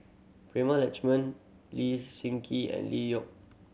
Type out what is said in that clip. Prema Letchumanan Lee Seng Gee and Lee Yock